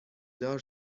دار